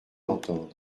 entendre